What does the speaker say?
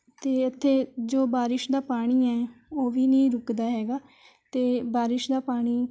ਅਤੇ ਇੱਥੇ ਜੋ ਬਾਰਿਸ਼ ਦਾ ਜੋ ਪਾਣੀ ਹੈ ਉਹ ਵੀ ਨਹੀਂ ਰੁਕਦਾ ਹੈਗਾ ਅਤੇ ਬਾਰਿਸ਼ ਦਾ ਪਾਣੀ